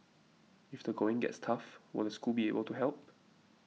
if the going gets tough will the school be able to help